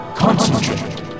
Concentrate